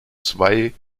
zwei